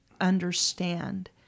understand